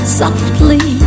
softly